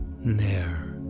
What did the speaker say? Nair